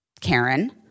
Karen